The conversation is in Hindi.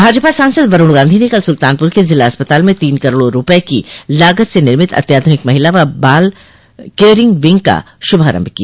भाजपा सांसद वरूण गांधी ने कल सुल्तानपुर के जिला अस्पताल में तीन करोड़ रूपये की लागत से निर्मित अत्याधूनिक महिला व बाल केयर विंग का शुभारम्भ किया